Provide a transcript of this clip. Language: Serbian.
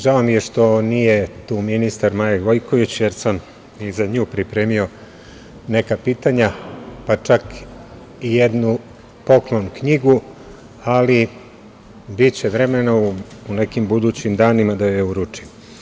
Žao mi je što nije tu ministar Maja Gojković, jer sam i za nju pripremio neka pitanja, pa čak i jednu poklon knjigu, ali, biće vremena u nekim budućim danima da joj uručim.